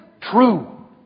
true